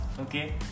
Okay